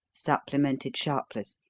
supplemented sharpless.